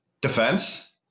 Defense